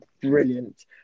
brilliant